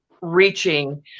reaching